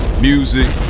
music